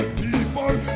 people